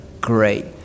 Great